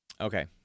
Okay